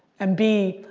and b,